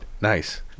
Nice